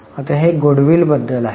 आता हे Goodwill बद्दल आहे